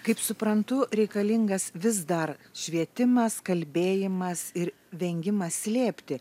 kaip suprantu reikalingas vis dar švietimas kalbėjimas ir vengimas slėpti